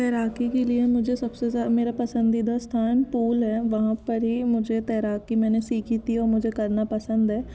तैराकी के लिए मुझे सबसे मेरा पसंदीदा स्थान पूल है वहाँ पर ही मुझे तैराकी मैंने सीखी थी और मुझे करना पसंद है